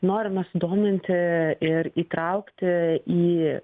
norime sudominti ir įtraukti į